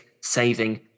Saving